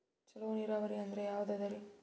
ಚಲೋ ನೀರಾವರಿ ಅಂದ್ರ ಯಾವದದರಿ?